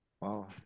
Wow